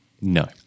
No